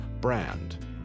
brand